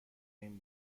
این